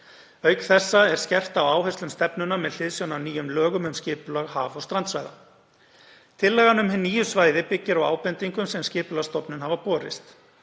Auk þessa er skerpt á áherslum stefnunnar með hliðsjón af nýjum lögum um skipulag haf- og strandsvæða. Tillagan um hin nýju svæði byggir á ábendingum sem Skipulagsstofnun hafa borist.